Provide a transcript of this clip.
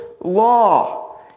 law